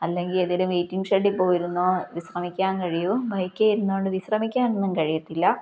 അല്ലെങ്കിൽ ഏതൊരു വെയ്റ്റിംങ് ഷഡ്ഡില് പോയിരുന്നോ വിശ്രമിക്കാൻ കഴിയൂ ബൈക്കീ ഇരുന്നുകൊണ്ട് വിശ്രമിക്കാനൊന്നും കഴിയത്തില്ല